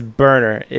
burner